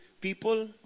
people